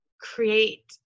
create